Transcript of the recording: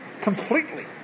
completely